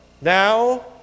now